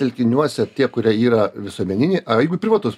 telkiniuose tie kurie yra visuomeninė a jeigu privatus